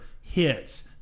hits